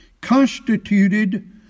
constituted